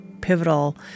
pivotal